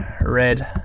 red